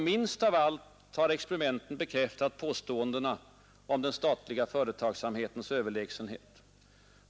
Minst av allt har experimenten bekräftat påståendena om den statliga företagsamhetens överlägsenhet.